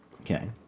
Okay